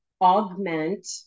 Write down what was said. augment